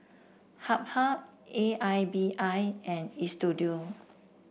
Habhal A I B I and Istudio